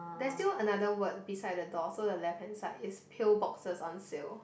there's still another word beside the door so the left hand side is peel boxes on sale